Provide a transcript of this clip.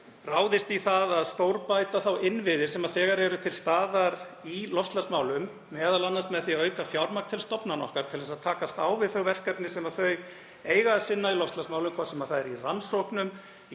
ráðist í að stórbæta þá innviði sem þegar eru til staðar í loftslagsmálum, m.a. með því að auka fjármagn til stofnana okkar til að takast á við þau verkefni sem þau eiga að sinna í loftslagsmálum, hvort sem það er í rannsóknum, í